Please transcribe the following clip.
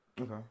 okay